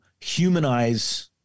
humanize